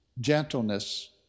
gentleness